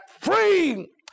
free